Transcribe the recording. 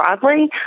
broadly